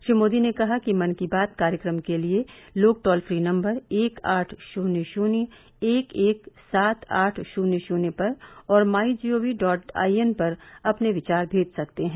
श्री मोदी ने कहा कि मन की बात कार्यक्रम के लिए लोग टोल फ्री नम्बर एक आठ शुन्य शुन्य एक एक सात आठ शुन्य शुन्य पर और my G O V dot I N पर अपने विचार भेज सकते हैं